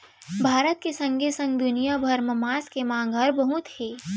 भारत के संगे संग दुनिया भर म मांस के मांग हर बहुत हे